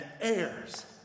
heirs